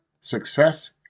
Success